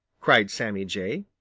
cried sammy jay.